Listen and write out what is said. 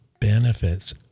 benefits